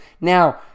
Now